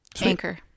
Anchor